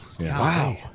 Wow